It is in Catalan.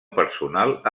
personal